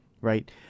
right